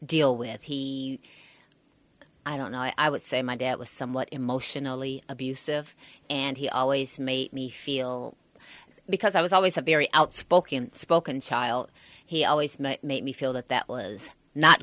deal with he i don't know i would say my dad was somewhat emotionally abusive and he always made me feel because i was always a very outspoken spoken child he always made me feel that that was not